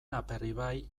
aperribai